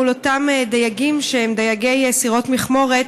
מול אותם דייגים שהם דייגי סירות מכמורת,